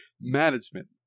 management